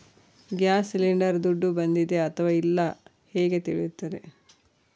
Gas cylinder ದುಡ್ಡು ಬಂದಿದೆ ಅಥವಾ ಇಲ್ಲ ಹೇಗೆ ತಿಳಿಯುತ್ತದೆ?